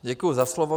Děkuji za slovo.